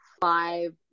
five